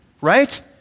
right